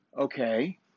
okay